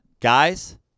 Guys